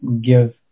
give